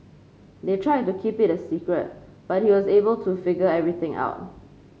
they tried to keep it a secret but he was able to figure everything out